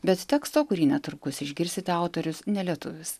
bet teksto kurį netrukus išgirsite autorius ne lietuvis